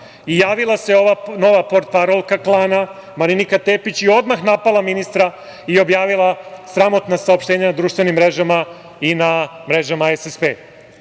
Javila se ova nova portparolka klana Marinika Tepić i odmah napala ministra i objavila sramotna saopštenja na društvenim mrežama i na mrežama